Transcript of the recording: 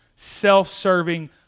self-serving